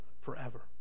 forever